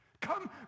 Come